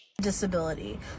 Disability